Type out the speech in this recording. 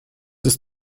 ist